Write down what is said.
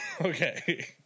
Okay